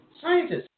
Scientists